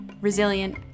resilient